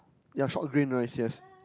yea short green rice yes